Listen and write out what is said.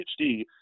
PhD